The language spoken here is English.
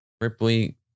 Ripley